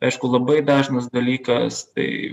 aišku labai dažnas dalykas tai